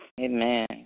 Amen